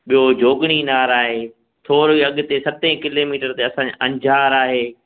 ॿियो जोॻिणी नार आहे थोरो ई अॻिते सतें किलेमीटर ते असांजे अंजार आहे